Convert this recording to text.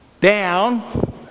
down